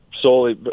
solely